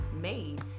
made